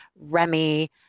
Remy